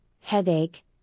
headache